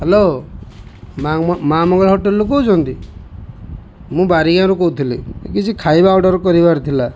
hello Maa Mangala ହୋଟେଲ୍ରୁ କହୁଛନ୍ତି ମୁଁ ବାରିଙ୍ଗାରୁ କହୁଥିଲି କିଛି ଖାଇବା ଅର୍ଡ଼ର୍ କରିବାର ଥିଲା